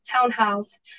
townhouse